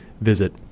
Visit